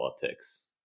politics